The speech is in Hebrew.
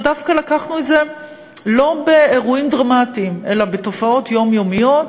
ודווקא לקחנו את זה לא באירועים דרמטיים אלא בתופעות יומיומיות.